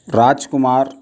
Rajkumar